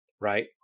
right